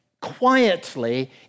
quietly